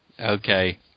okay